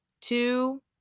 two